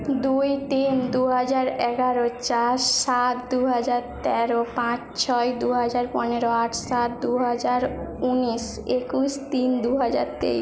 দুই তিন দু হাজার এগারো চার সাত দু হাজার তেরো পাঁচ ছয় দু হাজার পনেরো আট সাত দু হাজার উনিশ একুশ তিন দু হাজার তেইশ